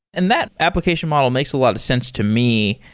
and that application model makes a lot of sense to me.